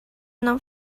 não